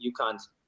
uconn's